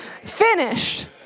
finished